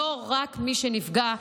ולא רק מי שנפגע מגזענות.